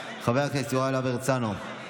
חבר הכנסת יוראי להב הרצנו,